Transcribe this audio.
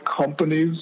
companies